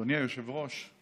אדוני היושב-ראש,